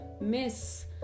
miss